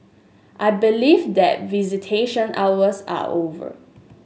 I believe that visitation hours are over